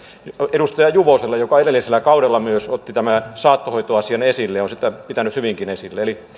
edustaja juvoselle joka myös edellisellä kaudella otti tämän saattohoitoasian esille ja on sitä pitänyt hyvinkin esillä eli